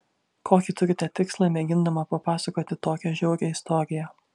kokį turite tikslą mėgindama papasakoti tokią žiaurią istoriją